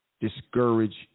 discourage